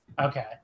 Okay